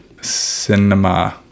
Cinema